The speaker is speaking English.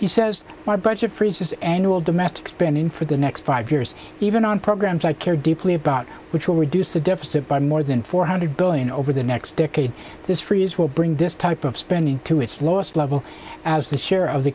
he says my budget freezes annual domestic spending for the next five years even on programs i care deeply about which will reduce the deficit by more than four hundred billion over the next decade this freeze will bring this type of spending to its lowest level as a share of the